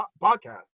podcast